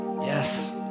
Yes